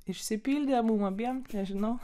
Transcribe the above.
išsipildė mum abiem nežinau